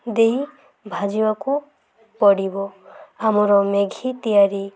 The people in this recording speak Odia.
ଦେଇ ଭାଜିବାକୁ ପଡ଼ିବ ଆମର ମ୍ୟାଗି ତିଆରି